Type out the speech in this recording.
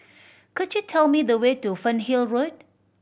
could you tell me the way to Fernhill Road